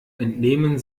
entnehmen